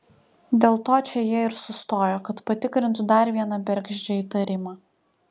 dėl to čia jie ir sustojo kad patikrintų dar vieną bergždžią įtarimą